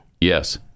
Yes